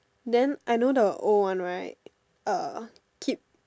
then I know the old one right uh keep